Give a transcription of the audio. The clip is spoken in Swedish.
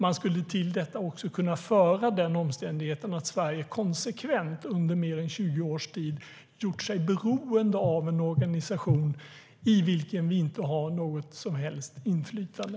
Man skulle till detta kunna föra omständigheten att Sverige konsekvent under mer än 20 års tid gjort sig beroende av en organisation i vilken Sverige inte har något som helst inflytande.